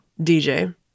DJ